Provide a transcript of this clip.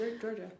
Georgia